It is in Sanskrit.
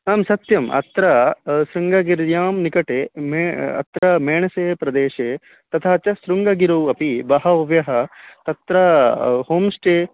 आम् सत्यम् अत्र शृङ्गगिर्यां निकटे मे अत्र मेणसे प्रदेशे तथा च शृङ्गगिरौ अपि बहवः तत्र होम् स्टे